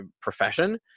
profession